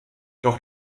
doch